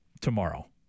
tomorrow